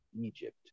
Egypt